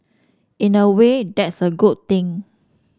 in a way that's a good thing